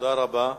תודה רבה.